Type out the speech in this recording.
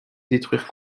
détruire